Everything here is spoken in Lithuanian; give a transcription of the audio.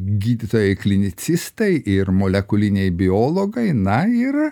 gydytojai klinicistai ir molekuliniai biologai na ir